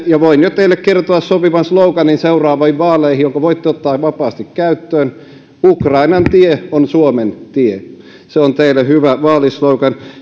ja voin teille jo kertoa seuraaviin vaaleihin sopivan sloganin jonka voitte ottaa vapaasti käyttöön ukrainan tie on suomen tie se on teille hyvä vaalislogan